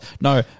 No